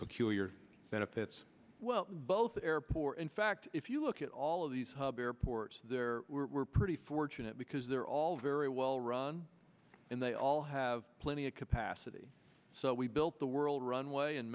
peculiar benefits well both airport in fact if you look at all of these hub airports there we're pretty fortunate because they're all very well run and they all have plenty of capacity so we built the world runway in